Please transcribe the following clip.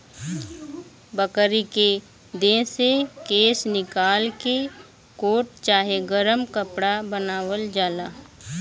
बकरी के देह से केश निकाल के कोट चाहे गरम कपड़ा बनावल जाला